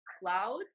cloud